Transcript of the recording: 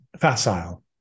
facile